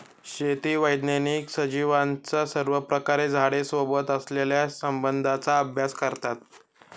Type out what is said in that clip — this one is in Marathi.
शेती वैज्ञानिक सजीवांचा सर्वप्रकारे झाडे सोबत असलेल्या संबंधाचा अभ्यास करतात